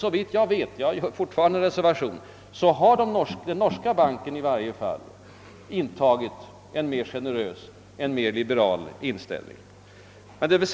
Såvitt jag vet -— jag gör fortfarande denna reservation — har i varje fall Norges bank intagit en mer generös och liberal hållning.